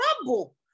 trouble